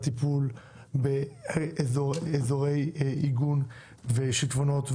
הטיפול באזורי איגון ושטפונות.